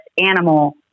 animal